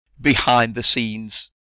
behind-the-scenes